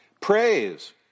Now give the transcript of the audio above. praise